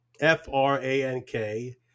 F-R-A-N-K